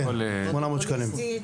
כן, 800 שקלים.